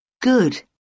Good